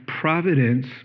providence